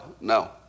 no